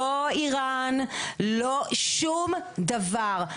לא איראן, לא שום דבר.